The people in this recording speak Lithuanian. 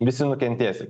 visi nukentėsim